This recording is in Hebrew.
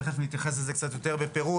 תכף נתייחס לזה קצת יותר בפירוט.